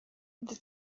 the